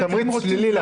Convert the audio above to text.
כוונתי לתמריץ שלילי.